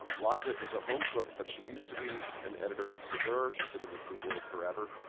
um liza is a home cook, but she used to be an editor at saveur. she has been in the food world forever.